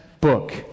book